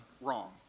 wrong